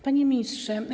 Panie Ministrze!